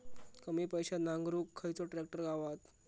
कमी पैशात नांगरुक खयचो ट्रॅक्टर गावात?